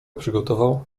przygotował